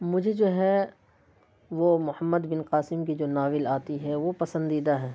مجھے جو ہے وہ محمد بن قاسم کی جو ناول آتی ہے وہ پسندیدہ ہے